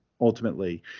ultimately